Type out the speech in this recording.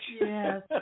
Yes